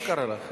מה קרה לכם?